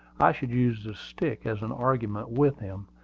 i should use the stick as an argument with him,